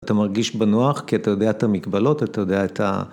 אתה מרגיש בנוח, כי אתה יודע את המגבלות, אתה יודע את ה...